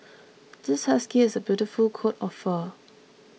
this husky has a beautiful coat of fur